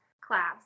class